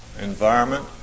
environment